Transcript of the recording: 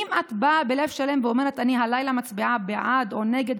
האם את באה בלב שלם ואומרת: הלילה אני מצביעה בעד או נגד?